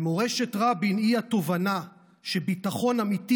ומורשת רבין היא התובנה שביטחון אמיתי